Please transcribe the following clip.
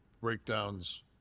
breakdowns